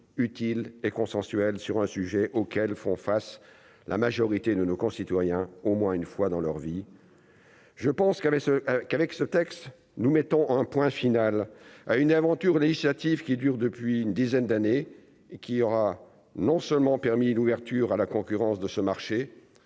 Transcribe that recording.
utiles et consensuelle, sur un sujet auquel font face, la majorité de nos concitoyens au moins une fois dans leur vie. Je pense qu'elle est ce qu'avec ce texte, nous mettons un point final à une aventure l'initiative qui dure depuis une dizaine d'années qu'il aura non seulement permis l'ouverture à la concurrence de ce marché,